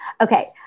Okay